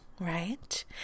right